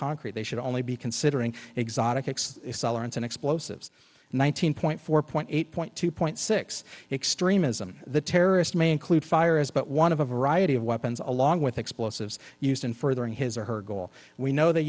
concrete they should only be considering exotic acts and explosives nineteen point four point eight point two point six extremism the terrorist may include fire is but one of a variety of weapons along with explosives used in furthering his or her goal we know they